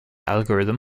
algorithm